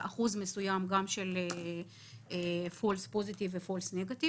אחוז מסוים גם שלfalse positive ו-false negative,